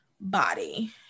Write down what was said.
body